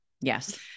yes